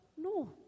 No